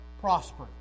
prosper